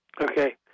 Okay